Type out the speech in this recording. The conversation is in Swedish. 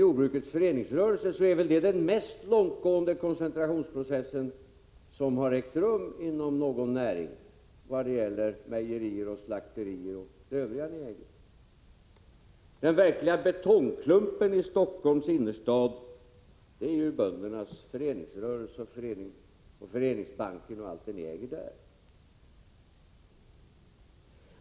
jordbrukets föreningsrörelse kan jag konstatera att — detta vad det gäller mejerier, slakterier och det övriga ni äger — torde stå för den mest långtgående koncentrationsprocess som ägt rum inom någon näring. Den verkliga betongklumpen i Stockholms innerstad är ju era lokaler för böndernas föreningsrörelse, Föreningsbanken och allt det ni äger där.